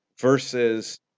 versus